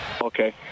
Okay